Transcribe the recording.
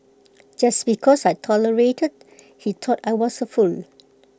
just because I tolerated he thought I was A fool